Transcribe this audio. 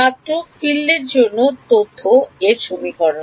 ছাত্র সম্পূর্ণ ক্ষেত্র এর জন্য তথ্য এর সমীকরণ